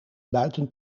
buiten